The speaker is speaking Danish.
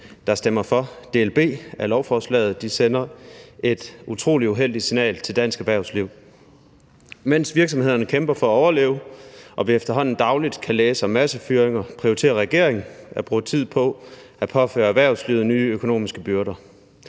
der stemmer for del B af lovforslaget, sender et utrolig uheldigt signal til dansk erhvervsliv. Mens virksomhederne kæmper for at overleve og vi efterhånden dagligt kan læse om massefyringer, prioriterer regeringen at bruge tid på at påføre erhvervslivet nye økonomiske byrder.